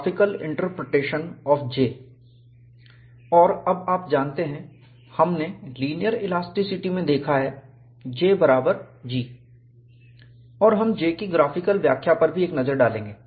graphical interpretation of J और अब आप जानते हैं हमने लीनियर इलास्टिसिटी में देखा है J बराबर G और हम J की ग्राफिकल व्याख्या पर भी एक नज़र डालेंगे